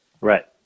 Right